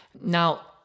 Now